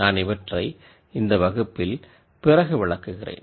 நான் இவற்றை இந்த வகுப்பில் பிறகு விளக்குகிறேன்